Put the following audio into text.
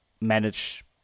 manage